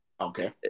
Okay